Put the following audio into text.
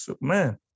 man